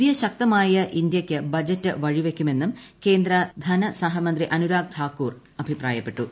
പുതിയ ശക്തമായ ഇന്ത്യയ്ക്ക് ബജറ്റ് വഴിവെക്കുമെന്നും കേന്ദ്ര ധനസഹമന്ത്രി അനുരാഗ് ഠാക്കൂർ അഭിപ്രായപ്പെട്ടു